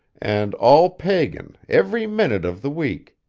and all pagan, every minute of the week.